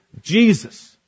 Jesus